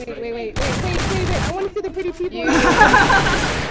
i mean wait, wait, wait, wait, wait. i want to see the pretty people. ah